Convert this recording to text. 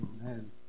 Amen